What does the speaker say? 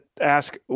ask